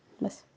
बस